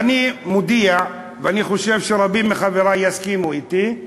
ואני מודיע, ואני חושב שרבים מחברי יסכימו אתי: